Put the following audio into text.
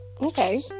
okay